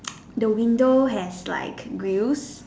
the window has like grills